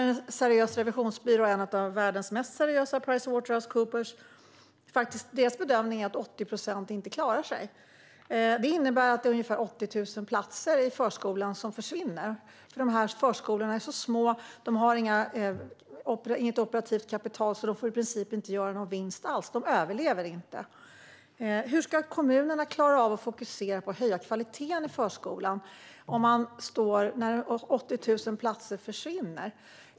En seriös revisionsbyrå - en av världens mest seriösa, nämligen Pricewaterhousecoopers - anger i sin bedömning att 80 procent inte klarar sig, och det innebär att ungefär 80 000 platser i förskolan försvinner. De här förskolorna är så små och har inget operativt kapital och får därför i princip inte göra någon vinst alls. De överlever inte. Hur ska kommunerna klara av att fokusera på att höja kvaliteten i förskolan om 80 000 platser försvinner?